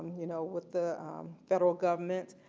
you know, with the federal government,